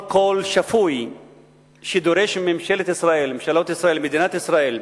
כל קול שפוי שדורש מממשלת ישראל, ממדינת ישראל,